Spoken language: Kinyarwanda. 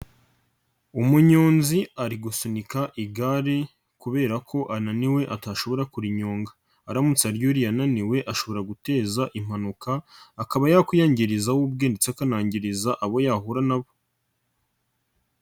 Umunyonzi ari gusunika igare kubera ko ananiwe atashobora kurinyonga aramutse aryuriye ananiwe ashobora guteza impanuka akaba yakwiyangiriza we ubwe ndetse akanangiriza abo yahura na bo.